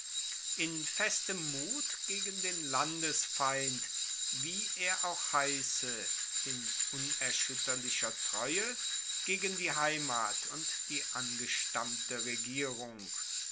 in festem mut gegen den landesfeind wie er auch heisse in unerschuetterlicher treue gegen die heimat und die angestammte regierung